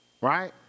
Right